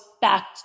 back